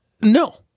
no